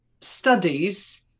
studies